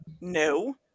No